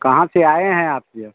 कहाँ से आए हैं आप यह